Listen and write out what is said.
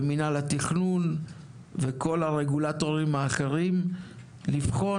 ממינהל התכנון ומכל הרגולטורים האחרים לבחון